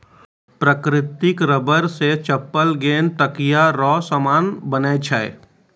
प्राकृतिक रबर से चप्पल गेंद तकयादी रो समान बनै छै